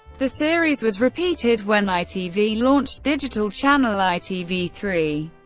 the series was repeated when itv launched digital channel i t v three,